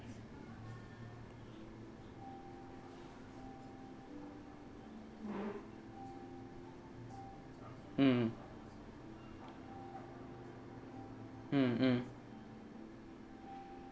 mm mm mm